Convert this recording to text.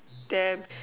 damn